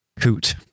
Coot